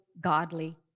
godly